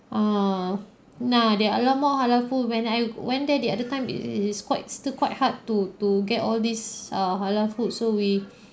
ah nah there are a lot more halal food when I went there the other time it it is quite still quite hard to to get all these err halal food so we